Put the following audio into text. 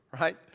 right